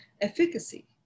efficacy